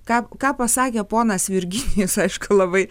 ką ką pasakė ponas virginijus aišku labai